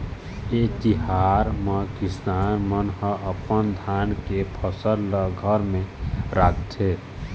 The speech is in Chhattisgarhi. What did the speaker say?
ए तिहार म किसान मन ह अपन धान के फसल ल घर म राखथे